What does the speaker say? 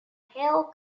hal